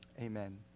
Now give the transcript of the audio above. amen